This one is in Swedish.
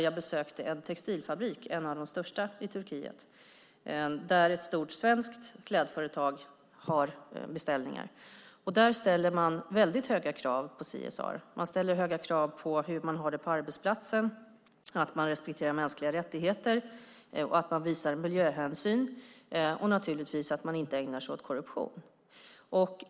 Jag besökte en av de största textilfabrikerna i Turkiet där ett stort svenskt klädföretag har beställningar. Där ställer de väldigt höga krav på CSR. Det ställs höga krav på hur de har det på arbetsplatsen, att de respekterar mänskliga rättigheter, att de visar miljöhänsyn och naturligtvis att de inte ägnar sig åt korruption.